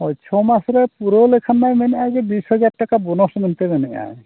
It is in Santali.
ᱳᱭ ᱪᱷᱚ ᱢᱟᱥ ᱨᱮ ᱯᱩᱨᱟᱹᱣ ᱞᱮᱱᱠᱷᱟᱱ ᱢᱟᱭ ᱢᱮᱱᱮᱫᱼᱟᱭ ᱵᱤᱥ ᱦᱟᱡᱟᱨ ᱴᱟᱠᱟ ᱵᱳᱱᱟᱥ ᱢᱮᱱᱛᱮ ᱢᱮᱱᱮᱫᱼᱟᱭ